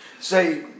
say